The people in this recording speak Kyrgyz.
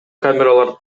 камералар